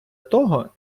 того